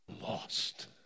lost